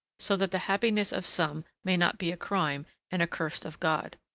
so that the happiness of some may not be a crime and accursed of god.